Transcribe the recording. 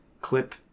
clip